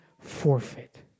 forfeit